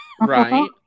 right